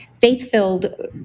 faith-filled